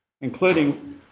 including